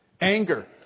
Anger